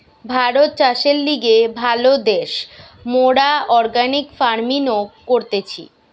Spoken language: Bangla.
ভারত চাষের লিগে ভালো দ্যাশ, মোরা অর্গানিক ফার্মিনো করতেছি